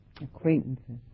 Acquaintances